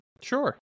Sure